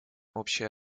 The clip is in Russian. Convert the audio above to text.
общая